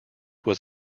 was